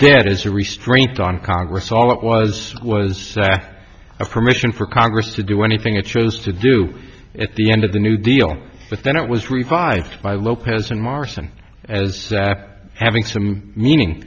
dead as a restraint on congress all it was was a permission for congress to do anything it chose to do at the end of the new deal but then it was revived by lopez and marson as having some meaning